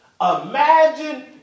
imagine